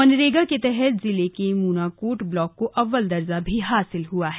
मनरेगा के तहत जिले के मूनाकोट ब्लॉक को अव्वल दर्जा भी हासिल हुआ है